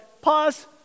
pause